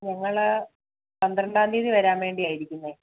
ഞങ്ങൾ പന്ത്രണ്ടാം തീയ്യതി വരാൻ വേണ്ടിയാണ് ഇരിക്കുന്നത്